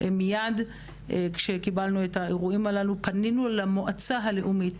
מיד כשקבלנו את האירועים האלה פנינו למועצה הלאומית.